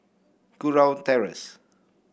Kurau Terrace